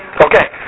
Okay